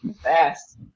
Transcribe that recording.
fast